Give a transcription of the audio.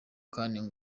kandi